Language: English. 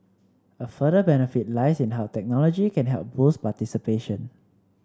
a further benefit lies in how technology can help boost participation